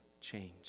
change